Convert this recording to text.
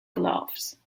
gloves